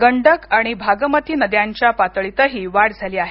गंडक आणि भागमती नद्यांच्या पातळीतही वाढ झाली आहे